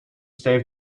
state